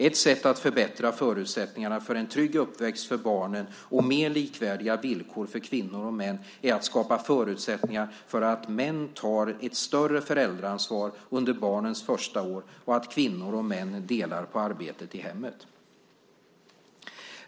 Ett sätt att förbättra förutsättningarna för en trygg uppväxt för barnen och mer likvärdiga villkor för kvinnor och män är att skapa förutsättningar för att män tar ett större föräldraansvar under barnens första år och att kvinnor och män delar på arbetet i hemmet.